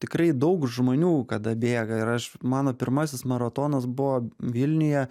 tikrai daug žmonių kada bėga ir aš mano pirmasis maratonas buvo vilniuje